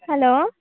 hello